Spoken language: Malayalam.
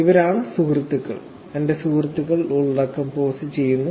ഇവരാണ് സുഹൃത്തുക്കൾ എന്റെ സുഹൃത്തുക്കൾ ഉള്ളടക്കം പോസ്റ്റ് ചെയ്യുന്നു